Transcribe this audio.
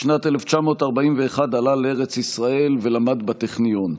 בשנת 1941 עלה לארץ ישראל ולמד בטכניון.